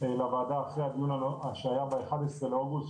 לוועדה אחרי הדיון שהיה ב-11 באוגוסט,